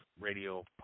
radio